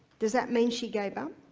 does that mean she gave up?